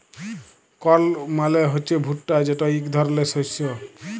কর্ল মালে হছে ভুট্টা যেট ইক ধরলের শস্য